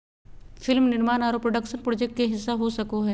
film निर्माण आरो production project के हिस्सा हो सको हय